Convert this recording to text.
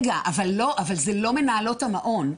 אבל זה לא מנהלות המעון.